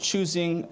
Choosing